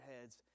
heads